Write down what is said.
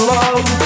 love